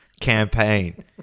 campaign